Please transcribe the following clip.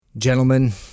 Gentlemen